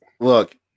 look